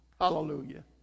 Hallelujah